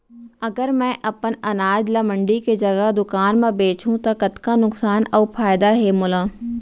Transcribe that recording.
अगर मैं अपन अनाज ला मंडी के जगह दुकान म बेचहूँ त कतका नुकसान अऊ फायदा हे मोला?